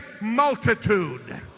Multitude